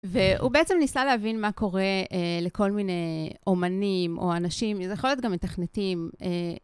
והוא בעצם ניסה להבין מה קורה לכל מיני אומנים או אנשים, זה יכול להיות גם מתכנתים.